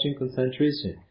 concentration